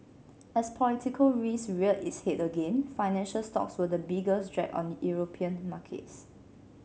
as political risk reared its head again financial stocks were the biggest drag on European markets